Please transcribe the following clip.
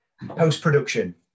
post-production